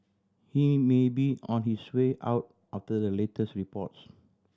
he may be on his way out after the latest reports